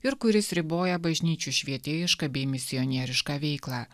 ir kuris riboja bažnyčių švietėjišką bei misionierišką veiklą